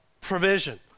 provision